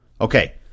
okay